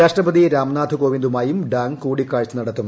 രാഷ്ട്രപതി രാംനാഥ് കോവിന്ദുമായും ഡാങ് കൂടിക്കാഴ്ച നടത്തും